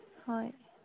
ꯍꯣꯏ